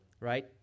right